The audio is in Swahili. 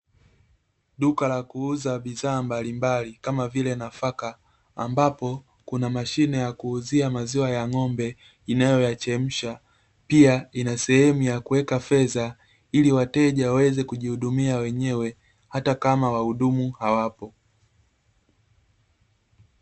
Duka la kuuza bidhaa mbalimbali kama vile nafaka, ambapo kuna mashine ya kuuzia maziwa ya ng'ombe inayoyachemsha, pia ina sehemu ya kuweka fedha ili wateja waweze kujihudumia wenyewe, hata kama wahudumu hawapo.